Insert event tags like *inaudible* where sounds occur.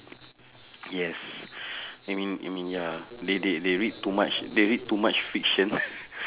yes *breath* I mean I mean ya they they they read too much they read too much fiction *breath*